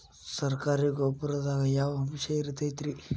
ಸರಕಾರಿ ಗೊಬ್ಬರದಾಗ ಯಾವ ಅಂಶ ಇರತೈತ್ರಿ?